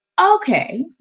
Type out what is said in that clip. okay